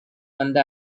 வந்த